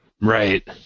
Right